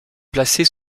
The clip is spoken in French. placée